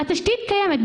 התשתית קיימת.